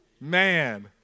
Man